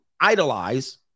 idolize